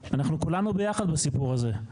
אנחנו כולנו ביחד בסיפור הזה,